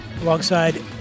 alongside